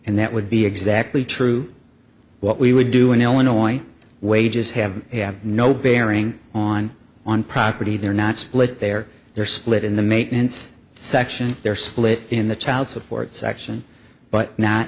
and that would be exactly true what we would do in illinois wages have have no bearing on on property they're not split they're they're split in the maintenance section they're split in the child support section but not